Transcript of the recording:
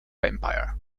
vampire